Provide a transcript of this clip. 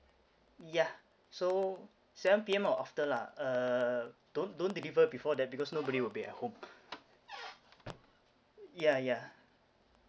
yeah so seven P_M or after lah uh don't don't deliver before that because nobody would be at home ya yeah